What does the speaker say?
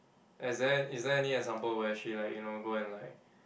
is there is there any example where she like you know go and like